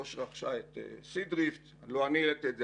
זו שרכשה את "סידריפט" לא אני העליתי את זה,